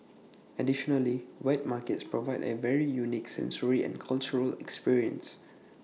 additionally wet markets provide A very unique sensory and cultural experience